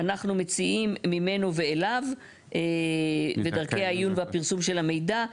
אנחנו מציעים "ממנו ואליו דרכי העיון והפרסום של המידע".